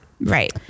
Right